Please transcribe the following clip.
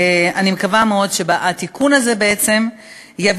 אני מקווה מאוד שהתיקון הזה בעצם יביא